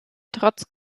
trotz